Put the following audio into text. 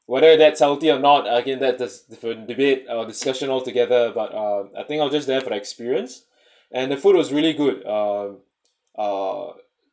whether that's healthy or not again that's for debate uh discussion altogether but uh I think I was just there for the experience and the food was really good um uh